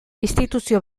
instituzio